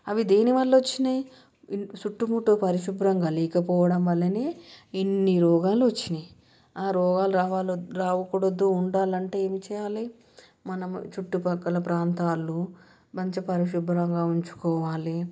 అవి దేనివల్ల వచ్చినాయి చుట్టుముట్టు పరిశుభ్రంగా లేకపోవడం వల్లనే ఇన్ని రోగాలు వచ్చినాయి ఆ రోగాలు రావాలి రావకూడదు ఉండాలి అంటే ఏం చేయాలి మనం చుట్టుపక్కల ప్రాంతాలు మంచి పరిశుభ్రంగా ఉంచుకోవాలి